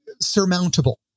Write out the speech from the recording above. surmountable